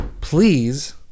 Please